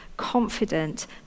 confident